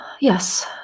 Yes